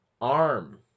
arm